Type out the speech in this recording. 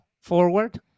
forward